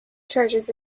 churches